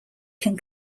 can